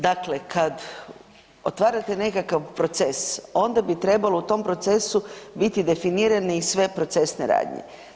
Dakle, kad otvarate nekakav proces onda bi trebalo u tom procesu biti definirani i sve procesne radnje.